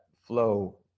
flow